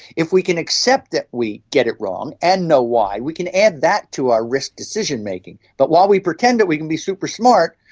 if we can accept that we get it wrong and know why, we can add that to our risk decision-making. but while we pretend that we can be super-smart,